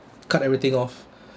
cut everything off